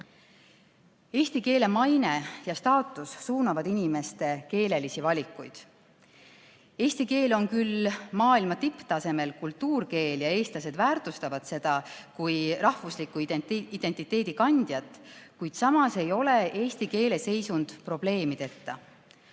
Eesti keele maine ja staatus suunavad inimeste keelelisi valikuid. Eesti keel on küll maailma tipptasemel kultuurkeel ja eestlased väärtustavad seda kui rahvusliku identiteedi kandjat, kuid samas ei ole eesti keele seisund probleemideta.